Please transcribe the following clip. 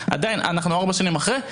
אנחנו ארבע שנים אחרי,